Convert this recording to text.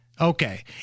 Okay